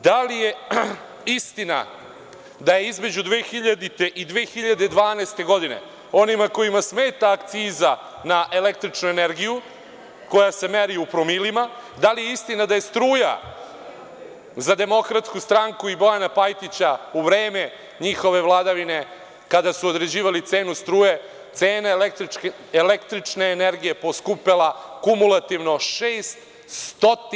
Da li je istina da je između 2000. i 2012. godine, onima kojima smeta akciza na električnu energiju, koja se meri u promilima, da li je istina da je struja za DS i Bojana Pajtića u vreme njihove vladavine, kada su određivali cenu struje, cene električne energije poskupela kumulativno 600%